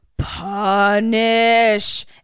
punish